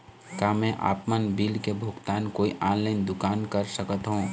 का मैं आपमन बिल के भुगतान कोई ऑनलाइन दुकान कर सकथों?